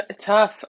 Tough